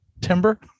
Timber